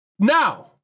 Now